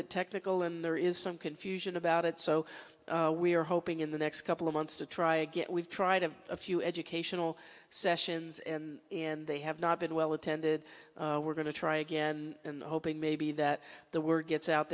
bit technical and there is some confusion about it so we are hoping in the next couple of months to try again we've tried have a few educational sessions and and they have not been well attended we're going to try again and hoping maybe that the word gets out